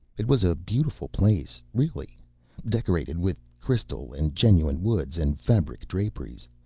it was a beautiful place, really decorated with crystal and genuine woods and fabric draperies.